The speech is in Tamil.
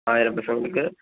ஆயிரம் பசங்களுக்கு